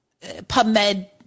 PubMed